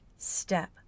step